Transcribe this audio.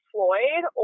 Floyd